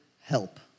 help